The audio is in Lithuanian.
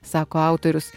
sako autorius